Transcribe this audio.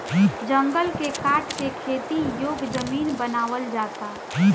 जंगल के काट के खेती योग्य जमीन बनावल जाता